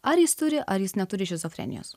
ar jis turi ar jis neturi šizofrenijos